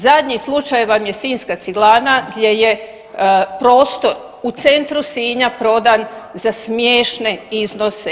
Zadnji slučaj vam je Sinjska ciglana gdje je prostor u centru Sinja prodan za smiješne iznose.